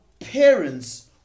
Parents